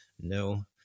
No